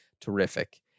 terrific